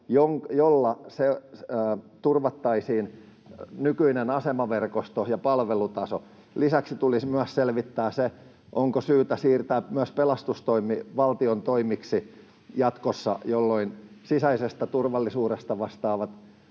millä turvattaisiin nykyinen asemaverkosto ja palvelutaso. Lisäksi tulisi myös selvittää se, onko syytä siirtää myös pelastustoimi valtion toimeksi jatkossa, jolloin sisäisestä turvallisuudesta vastaavat